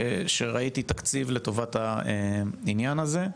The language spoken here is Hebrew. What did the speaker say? שראיתי תקציב לטובת העניין הזה.